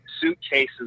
suitcases